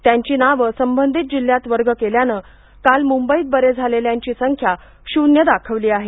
त्यांची नाव संबंधित जिल्ह्यात वर्ग केल्यानं काल मुंबईत बरे झालेल्यांची संख्या शून्य दाखवली आहे